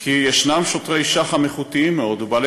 כי יש שוטרי שח"ם איכותיים מאוד ובעלי